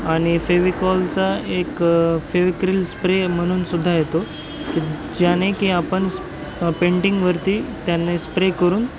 आणि फेविकॉलचा एक फेविक्रिल स्प्रे म्हणून सुद्धा येतो ज्याने की आपण पेंटिंगवरती त्याने स्प्रे करून